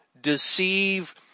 deceive